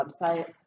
website